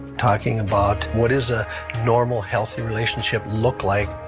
talking about what is a normal healthy relationship look like.